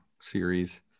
series